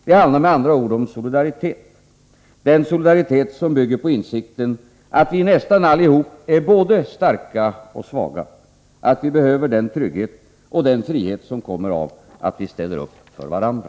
Det handlar med andra ord om solidaritet — den solidaritet som bygger på insikten att vi nästan allihop är både starka och svaga, att vi behöver den trygghet och den frihet som kommer av att vi ställer upp för varandra.